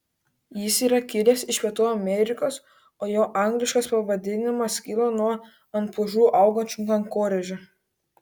jis yra kilęs iš pietų amerikos o jo angliškas pavadinimas kilo nuo ant pušų augančių kankorėžių